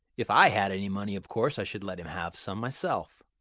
if i had any money of course i should let him have some myself,